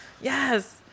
yes